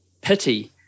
pity